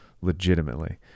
legitimately